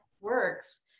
works